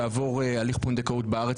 כל שלוש שמיות זה שעה,